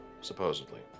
Supposedly